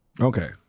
Okay